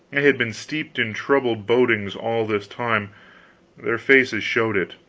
had been steeped in troubled bodings all this time their faces showed it.